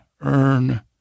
earn